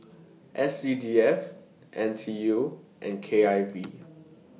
S C D F N T U and K I V